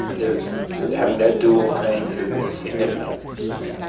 is having that dual thing is significant so